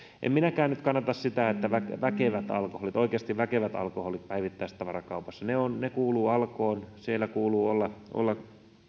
en minäkään nyt kannata sitä että väkevät alkoholit oikeasti väkevät alkoholit olisivat päivittäistavarakaupassa ne kuuluvat alkoon siellä kuuluu olla